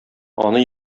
аны